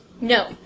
No